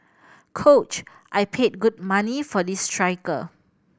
coach I paid good money for this striker